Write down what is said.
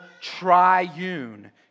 triune